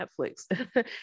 Netflix